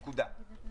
נקודה.